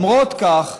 למרות כך,